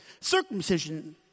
circumcision